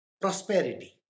Prosperity